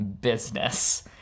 business